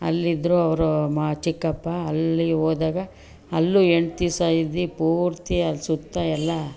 ಅಲ್ಲಿದ್ರೂ ಅವರು ಮಾ ಚಿಕ್ಕಪ್ಪ ಅಲ್ಲಿ ಹೋದಾಗ ಅಲ್ಲೂ ಎಂಟು ದಿವಸ ಇದ್ವಿ ಪೂರ್ತಿಯಾಗಿ ಸುತ್ತ ಎಲ್ಲ